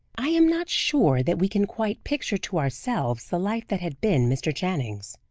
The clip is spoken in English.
i am not sure that we can quite picture to ourselves the life that had been mr. channing's.